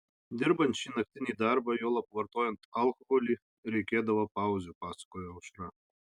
dirbant šį naktinį darbą juolab vartojant alkoholį reikėdavo pauzių pasakojo aušra